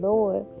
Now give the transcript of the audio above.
Lord